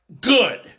good